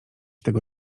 tego